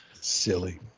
silly